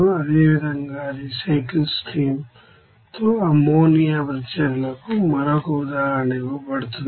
అదేవిధంగా రీసైకిల్ స్ట్రీమ్తో అమ్మోనియా ప్రతిచర్యలకు మరొక ఉదాహరణ ఇవ్వబడుతుంది